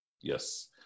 Yes